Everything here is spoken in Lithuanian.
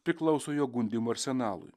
priklauso jo gundymo arsenalui